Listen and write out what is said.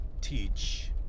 teach